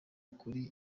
kuri